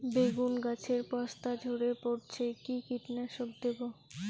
বেগুন গাছের পস্তা ঝরে পড়ছে কি কীটনাশক দেব?